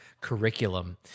curriculum